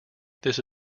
this